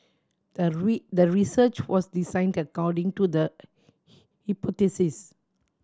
the the research was designed according to the hypothesis